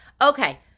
Okay